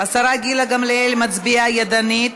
השרה גילה גמליאל מצביעה ידנית,